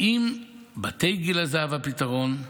האם בתי גיל הזהב הם הפתרון?